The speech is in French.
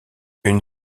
une